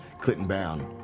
clintonbound